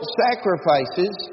sacrifices